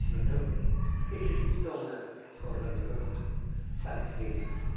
बिसिनाथ' facility दंना सरखारनिफ्राय सानस्रिनो